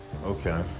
okay